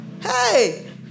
Hey